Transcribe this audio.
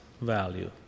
value